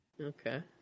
Okay